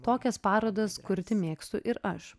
tokias parodas kurti mėgstu ir aš